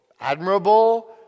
admirable